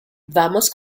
vamos